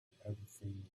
everything